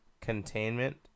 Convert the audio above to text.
Containment*